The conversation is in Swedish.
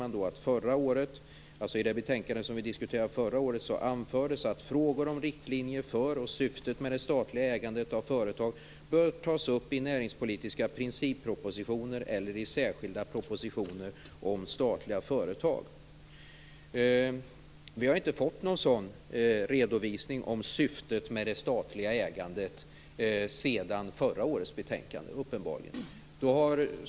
Man säger att i det betänkande som vi diskuterade förra året anfördes att frågor om riktlinjer för och syftet med det statliga ägandet av företag bör tas upp i näringspolitiska princippropositioner eller i särskilda propositioner om statliga företag. Vi har uppenbarligen inte fått någon sådan redovisning av syftet med det statliga ägandet sedan förra årets betänkande.